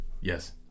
yes